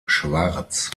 schwarz